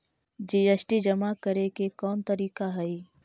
GST जमा करे के कौन तरीका हई